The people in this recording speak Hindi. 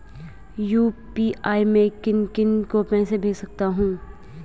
यु.पी.आई से मैं किन किन को पैसे भेज सकता हूँ?